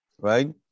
right